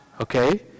okay